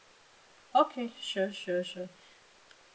okay sure sure sure